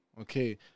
Okay